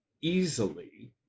easily